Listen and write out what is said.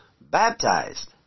baptized